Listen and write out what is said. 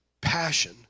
passion